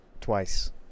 twice